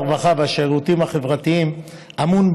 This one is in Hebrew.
הרווחה והשירותים החברתיים אמון,